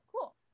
cool